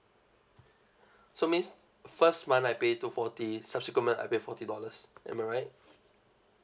so means first month I pay two forty subsequent month I pay forty dollars am I right